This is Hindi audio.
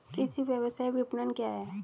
कृषि व्यवसाय विपणन क्या है?